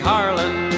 Harlan